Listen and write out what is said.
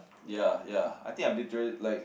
ya ya I think I literally like